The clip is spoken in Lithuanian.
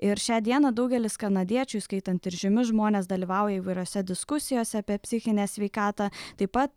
ir šią dieną daugelis kanadiečių įskaitant ir žymius žmones dalyvauja įvairiose diskusijose apie psichinę sveikatą taip pat